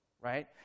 right